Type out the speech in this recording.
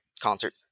concert